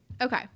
okay